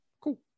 cool